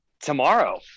tomorrow